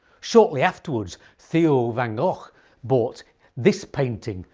shortly afterwards theo van gogh bought this painting,